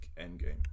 Endgame